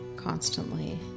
Constantly